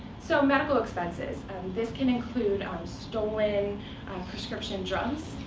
so, medical expenses and this can include um stolen um prescription drugs,